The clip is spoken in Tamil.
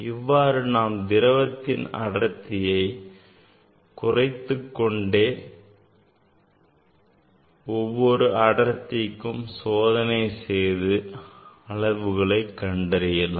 இவ்வாறு நாம் திரவத்தின் அடர்த்தியை குறைத்துக்கொண்டே ஒவ்வொரு அடர்த்திக்கும் சோதனை செய்து அளவுகளை கண்டறியலாம்